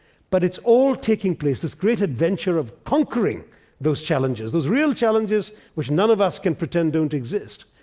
but, it's all taking place, this great adventure of conquering those challenges, those real challenges which none of us can pretend don't exist.